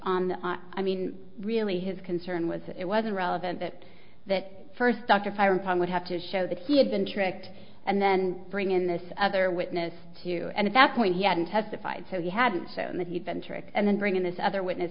on i mean really his concern was it wasn't relevant that that first doctor fire upon would have to show that he had been tricked and then bring in this other witness to and at that point he hadn't testified so he hadn't shown that he'd been tricked and then bring in this other witness